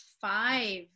five